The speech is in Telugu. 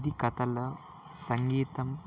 అది కథల సంగీతం